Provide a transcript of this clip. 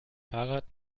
fahrrad